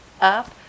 up